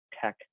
tech